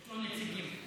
נציגים.